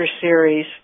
Series